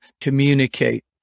communicate